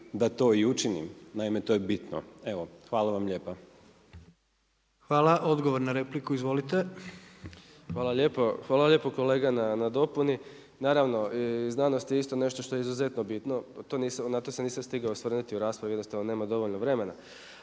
da to i učinim. Naime to je bitno. Evo, hvala vam lijepa. **Jandroković, Gordan (HDZ)** Hvala odgovor na repliku. Izvolite. **Hajduković, Domagoj (SDP)** Hvala lijepa kolega na dopuni. Naravno i znanost je isto nešto što je izuzetno bitno, na to se nisam stigao osvrnuti u raspravi, jednostavno nema dovoljno vremena.